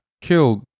killed